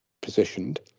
positioned